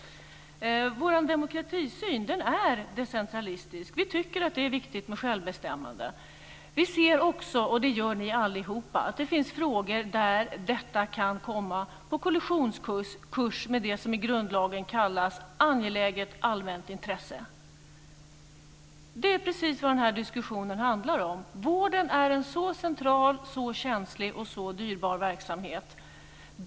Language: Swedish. Vår demokratisyn är decentralistisk. Vi tycker att det är viktigt med självbestämmande. Vi ser också, och det gör ni alla, att det finns frågor där detta kan komma på kollisionskurs med det som i grundlagen kallas angeläget allmänt intresse. Det är precis vad denna diskussion handlar om. Vården är en så central, så känslig och så dyrbar verksamhet.